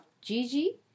Gigi